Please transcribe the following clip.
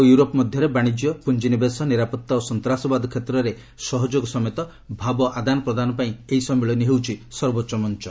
Asia ଓ Europe ମଧ୍ୟରେ ବାଣିଜ୍ୟ ପୁଞ୍ଜିନିବେଶ ନିରାପତ୍ତା ଓ ସନ୍ତାସବାଦ କ୍ଷେତ୍ରରେ ସହଯୋଗ ସମେତ ଭାବ ଆଦାନ ପ୍ରଦାନ ପାଇଁ ଏହି ସମ୍ମିଳନୀ ହେଉଛି ସର୍ବୋଚ୍ଚ ମଞ୍ଚ